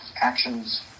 actions